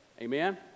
Amen